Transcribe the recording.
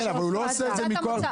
ולא על 10 מיליון ₪.